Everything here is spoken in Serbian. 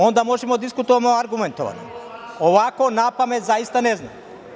Onda možemo da diskutujemo argumentovano, ovako napamet zaista ne znam.